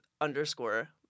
underscore